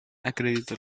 acredita